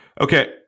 okay